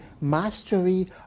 mastery